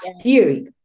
theory